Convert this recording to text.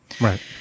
Right